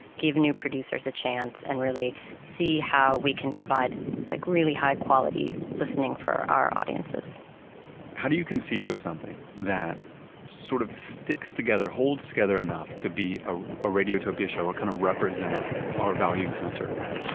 give new producers a chance, and really see how we can provide like really high-quality listening for our audiences how do you conceive of something that sort of sticks together, holds together enough to be a radiotopia show or kind of represent our values in a certain way,